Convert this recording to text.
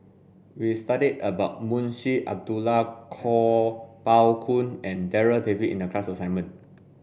we studied about Munshi Abdullah Kuo Pao Kun and Darryl David in the class assignment